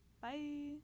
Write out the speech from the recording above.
Bye